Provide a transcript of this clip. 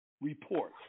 report